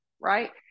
right